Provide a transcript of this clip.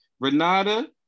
Renata